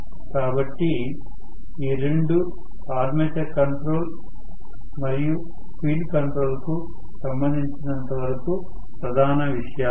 కాబట్టి ఈ రెండు ఆర్మేచర్ కంట్రోల్ మరియు ఫీల్డ్ కంట్రోల్స్ కు సంబంధించినంత వరకు ప్రధాన విషయాలు